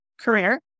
career